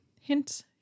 Hint